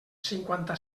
cinquanta